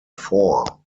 four